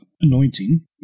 anointing